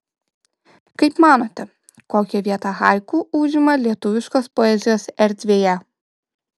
kaip manote kokią vietą haiku užima lietuviškos poezijos erdvėje